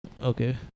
Okay